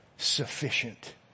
Sufficient